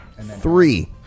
Three